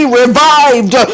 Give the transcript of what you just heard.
revived